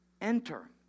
Enter